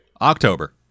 October